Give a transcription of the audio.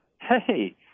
Hey